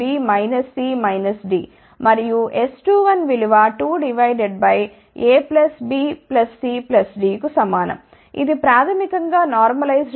మరియు S21 విలువ 2 A B C D కు సమానం ఇవి ప్రాథమికం గా నార్మలైజ్డ్ విలువలు